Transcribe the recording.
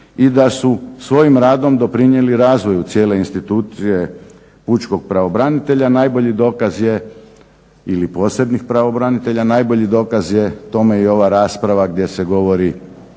i da su svojim radom doprinijeli razvoju cijele institucije pučkog pravobranitelja, najbolji dokaz je ili posebnih pravobranitelja, najbolji dokaz je tome i ova rasprava gdje se govori